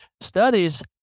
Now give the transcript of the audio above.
studies